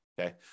okay